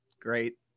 great